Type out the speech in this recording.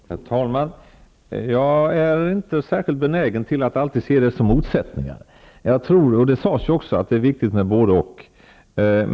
Herr talman! Jag är inte särskilt benägen att alltid se detta som motsätt ningar. Jag tror, vilket också sades, att det är viktigt med både-och.